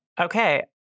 Okay